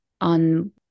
on